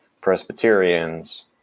Presbyterians